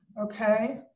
Okay